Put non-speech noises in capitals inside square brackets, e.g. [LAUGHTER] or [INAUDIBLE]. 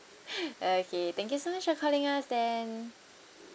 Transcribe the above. [BREATH] okay thank you so much for calling us then